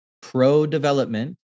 pro-development